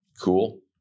Cool